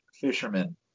fisherman